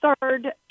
third